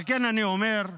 על כן אני אומר,